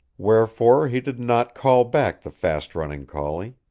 wherefore he did not call back the fastrunning collie.